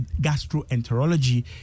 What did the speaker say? gastroenterology